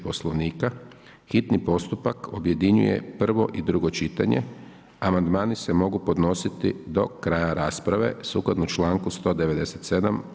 Poslovnika hitni postupak objedinjuje prvo i drugo čitanje, amandmani se mogu podnositi do kraja rasprave sukladno članku 197.